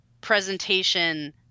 presentation